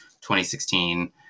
2016